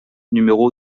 numéro